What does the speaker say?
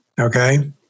okay